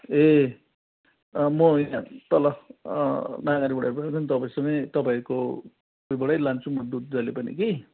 ए म यहाँ तल नागरीबाट बोलेको तपाईँसँगै तपाईँहरूकोबाटै लान्छु दुध जहिले पनि कि